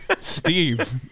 Steve